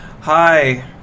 Hi